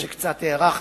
אני מתנצל שקצת הארכתי,